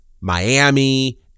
Miami